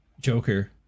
Joker